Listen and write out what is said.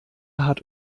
hat